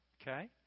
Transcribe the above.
Okay